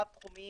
רב תחומיים,